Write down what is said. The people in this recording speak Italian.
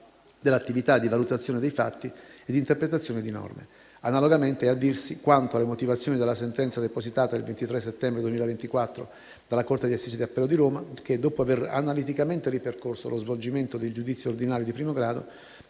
dell'attività di valutazione dei fatti e di interpretazione di norme. Analogamente è a dirsi quanto alle motivazioni della sentenza depositata il 23 settembre 2024 dalla corte di assise di appello di Roma che, dopo aver analiticamente ripercorso lo svolgimento del giudizio ordinario di primo grado,